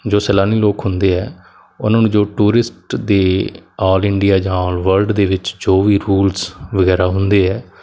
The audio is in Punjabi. ਜੋ ਸੈਲਾਨੀ ਲੋਕ ਹੁੰਦੇ ਆ ਉਹਨਾਂ ਨੂੰ ਜੋ ਟੂਰਿਸਟ ਦੇ ਆਲ ਇੰਡੀਆ ਜਾਂ ਆਲ ਵਰਲਡ ਦੇ ਵਿੱਚ ਜੋ ਵੀ ਰੂਲਸ ਵਗੈਰਾ ਹੁੰਦੇ ਹੈ